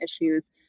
issues